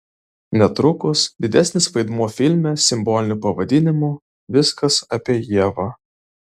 netrukus didesnis vaidmuo filme simboliniu pavadinimu viskas apie ievą